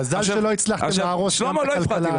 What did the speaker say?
מזל שלא הצלחתם להרוס את הכלכלה עד הסוף.